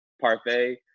parfait